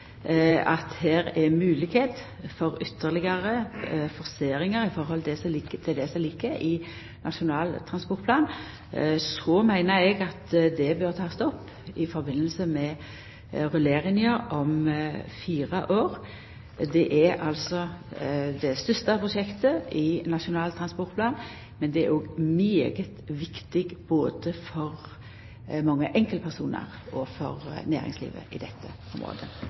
at det er moglegheit for ytterlegare forseringar i høve til det som ligg i Nasjonal transportplan, så meiner eg at det bør takast opp i samband med rulleringa om fire år. Det er altså det største prosjektet i Nasjonal transportplan, og det er òg svært viktig, både for mange enkeltpersonar og for næringslivet i dette området.